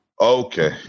Okay